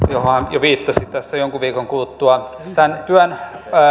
viittasi jonkun viikon kuluttua tämän työn